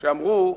שאמרו: